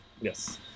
yes